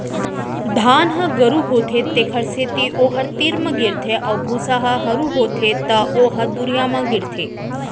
धान ह गरू होथे तेखर सेती ओ ह तीर म गिरथे अउ भूसा ह हरू होथे त ओ ह दुरिहा म गिरथे